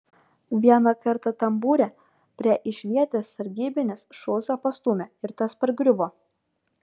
vieną kartą tambūre prie išvietės sargybinis šulcą pastūmė ir tas pargriuvo